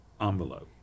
envelope